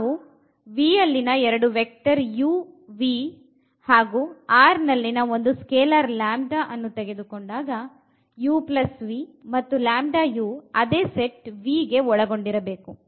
ಅವು V ಅಲ್ಲಿನ ಎರೆಡು ವೆಕ್ಟರ್ u v ಹಾಗು R ನಲ್ಲಿನ ಒಂದು ಸ್ಕೆಲಾರ್ ತೆಗೆದುಕೊಂಡಾಗ uv ಮತ್ತು u ಅದೇ ಸೆಟ್ V ಗೆ ಒಳಗೊಂಡಿರಬೇಕು